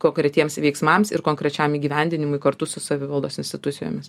kokretiems veiksmams ir konkrečiam gyvendinimui kartu su savivaldos institucijomis